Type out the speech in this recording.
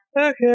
Okay